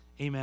Amen